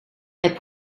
het